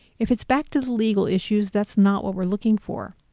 if it's back to the legal issues, that's not what we're looking for.